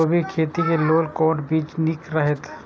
कोबी के खेती लेल कोन बीज निक रहैत?